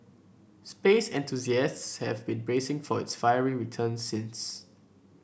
space enthusiasts have been bracing for its fiery return since